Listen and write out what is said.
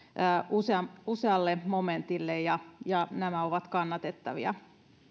usealle momentille ja ja nämä ovat kannatettavia